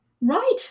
right